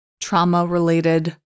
trauma-related